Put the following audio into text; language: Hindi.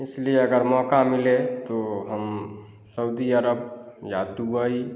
इसलिए अगर मौका मिले तो हम सऊदी अरब या दुबई